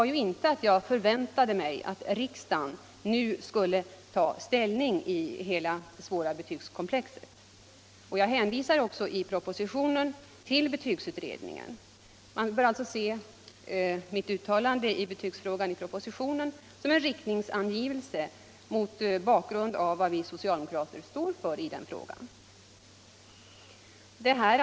Jag förväntade mig inte att riksdagen nu skulle ta ställning till betygsfrågan. Jag hänvisar i propositionen också till betygsutredningen. Man får alltså se mitt uttalande i betygsfrågan i propositionen som en riktningsangivelse mot bakgrund av vad vi socialdemokrater står för.